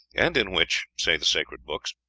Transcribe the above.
and in which, say the sacred books,